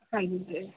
ਹਾਂਜੀ